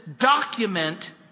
document